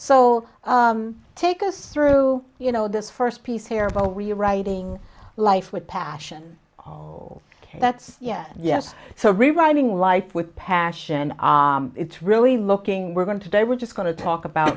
so take us through you know this first piece hairball rewriting life with passion all that's yes yes so rewriting life with passion it's really looking we're going today we're just going to talk about